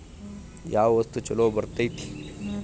ಯಾವ ವಸ್ತು ಛಲೋ ಬರ್ತೇತಿ?